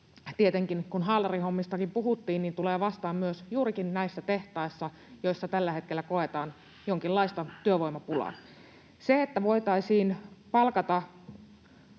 tietenkin, kun haalarihommistakin puhuttiin, tulee vastaan myös juurikin näissä tehtaissa, joissa tällä hetkellä koetaan jonkinlaista työvoimapulaa. Siinä, että voitaisiin palkata